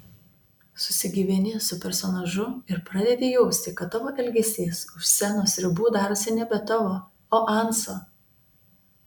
susigyveni su personažu ir pradedi jausti kad tavo elgesys už scenos ribų darosi nebe tavo o anso